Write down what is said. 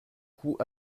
coup